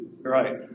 right